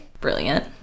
Brilliant